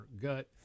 gut